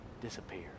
disappear